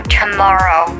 tomorrow